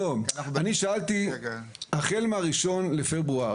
החל מ-1 בפברואר,